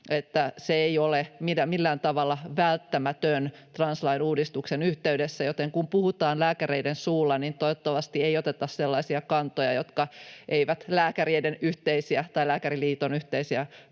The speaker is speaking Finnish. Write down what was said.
se ei ole millään tavalla välttämätön translain uudistuksen yhteydessä, joten kun puhutaan lääkäreiden suulla, niin toivottavasti ei oteta sellaisia kantoja, jotka eivät lääkäreiden yhteisiä tai Lääkäriliiton yhteisiä